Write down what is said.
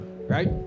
Right